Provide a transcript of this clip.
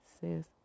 says